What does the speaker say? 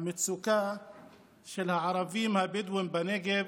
המצוקה של הערבים הבדואים בנגב,